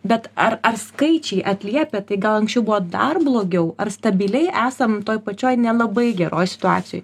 bet ar ar skaičiai atliepia tai gal anksčiau buvo dar blogiau ar stabiliai esam toj pačioj nelabai geroj situacijoj